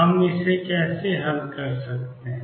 हम इसे कैसे हल करते हैं